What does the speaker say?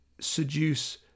seduce